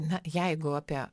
na jeigu apie